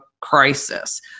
crisis